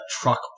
truck